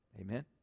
Amen